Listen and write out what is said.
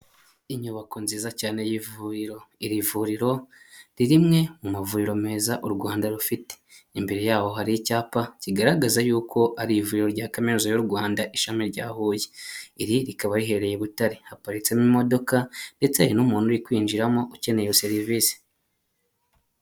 Inyubako nziza cyane y'ivuriro, iri vuriro ni rimwe mu mavuriro meza y'u Rwanda rufite, imbere yaho hari icyapa kigaragaza yuko ari ivuriro rya kaminuza y'u Rwanda ishami rya Huye, iri rikaba riherereye i Butare, haparitsemo imodoka ndetse hari n'umuntu uri kwinjiramo ukeneye serivisi.